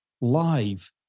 live